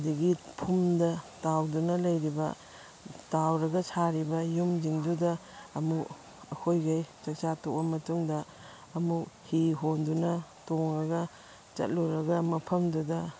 ꯑꯗꯒꯤ ꯐꯨꯝꯗ ꯇꯥꯎꯗꯨꯅ ꯂꯩꯔꯤꯕ ꯇꯥꯎꯔꯒ ꯁꯥꯔꯤꯕ ꯌꯨꯝꯁꯤꯡꯗꯨꯗ ꯑꯃꯨꯛ ꯑꯩꯈꯣꯏꯒꯩ ꯆꯥꯛꯆꯥ ꯇꯣꯛꯂ ꯃꯇꯨꯡꯗ ꯑꯃꯨꯛ ꯍꯤ ꯍꯣꯟꯗꯨꯅ ꯇꯣꯡꯉꯒ ꯆꯠꯂꯨꯔꯒ ꯃꯐꯝꯗꯨꯗ